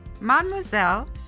Mademoiselle